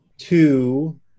Two